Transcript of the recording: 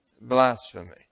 blasphemy